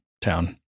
town